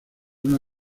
una